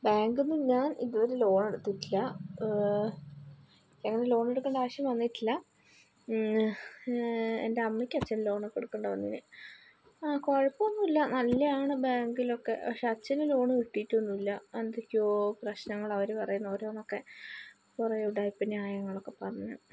ബാങ്കില് നിന്നു ഞാന് ഇതുവരെ ലോണ് എടുത്തിട്ടില്ല എനിക്ക് ലോണ് എടുക്കേണ്ട ആവശ്യം വന്നിട്ടില്ല എന്റെ അമ്മയ്ക്കും അച്ഛനും ലോണ് ഒക്കെ എടുക്കേണ്ടി വന്നേനെ ആ കുഴപ്പമെന്നുമില്ല നല്ലതാണ് ബാങ്കിലൊക്കെ പക്ഷെ അച്ഛന് ലോണ് കിട്ടിയിട്ടൊന്നും ഇല്ല എന്തൊക്കെയോ പ്രശ്നങ്ങള് അവർ പറയുന്ന ഓരോന്നൊക്കെ കുറെ ഉടായിപ്പ് നൃായങ്ങള് ഒക്കെ പറഞ്ഞ്